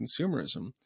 consumerism